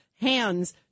hands